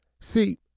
see